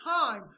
time